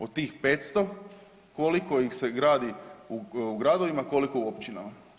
Od tih 500 koliko ih se gradi u gradovima, koliko u općinama.